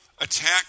attack